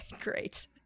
great